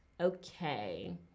Okay